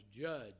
judge